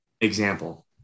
example